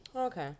Okay